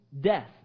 death